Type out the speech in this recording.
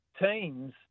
teams